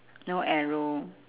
no arrow